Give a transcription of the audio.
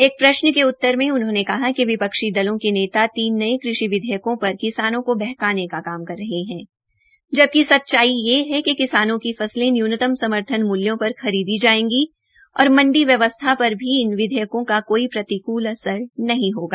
एक प्रश्न के उत्तर में उन्होंने कहा कि विपक्षी दलों के नेता तीन नए कृषि विधेयकों पर किसानों को बहकाने का काम कर रहे हैं जबकि सच्चाई यह है किसानों की फसलें न्यूनतम समर्थन मूल्यों पर खरीदी जाएंगी और मंडी व्यवस्था पर भी इन विधेयकों का कोई प्रतिकूल असर नहीं होगा